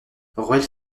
ruelle